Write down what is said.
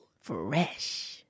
Fresh